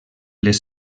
les